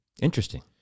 Interesting